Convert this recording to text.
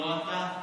לא אתה,